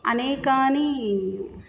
अनेकानि